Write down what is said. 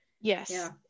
yes